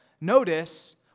notice